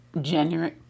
generous